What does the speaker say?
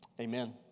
Amen